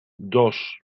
dos